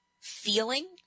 feeling